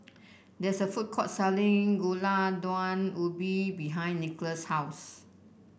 there is a food court selling Gulai Daun Ubi behind Nicolas' house